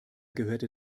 gehörte